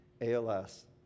ALS